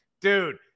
dude